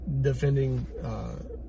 defending